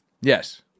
Yes